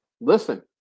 listen